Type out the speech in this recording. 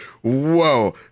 Whoa